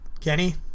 Kenny